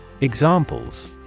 Examples